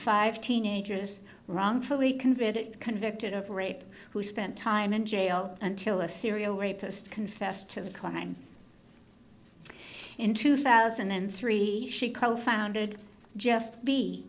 five teenagers wrongfully convicted convicted of rape who spent time in jail until a serial rapist confessed to the crime in two thousand and three she co founded just be